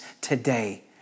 today